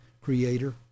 creator